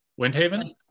Windhaven